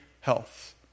health